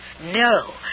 No